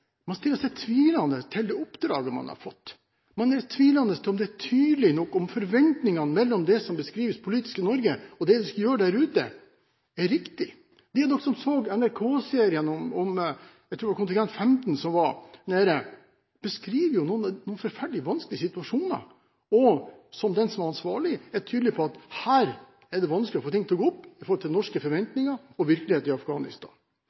man stiller seg tvilende til det oppdraget man har fått. Man er tvilende til om det er tydelig nok, om forventningene mellom det som beskrives politisk i Norge og det de skal gjøre der ute, er riktig. De av dere som så NRK-serien om kontingenten, jeg tror det var kontingent 15, som var der nede, så at de beskriver noen forferdelig vanskelige situasjoner, og den som er ansvarlig, er tydelig på at her er det vanskelig å få ting til å gå opp i forhold til norske forventninger og virkeligheten i Afghanistan.